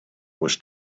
was